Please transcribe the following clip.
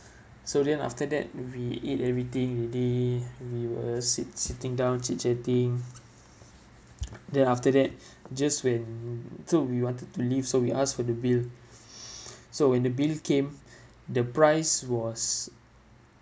so then after that we eat everything already we were sit sitting down chit chatting then after that just when so we wanted to leave so we ask for the bill so when the bill came the price was